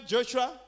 Joshua